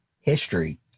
history